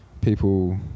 people